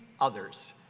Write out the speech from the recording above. others